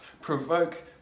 provoke